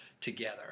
together